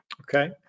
Okay